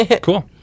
Cool